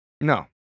No